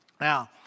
Now